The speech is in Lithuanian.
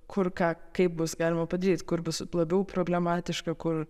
kur ką kaip bus galima padaryt kur bus labiau problematiška kur